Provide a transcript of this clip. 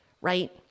right